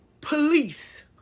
police